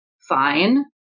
fine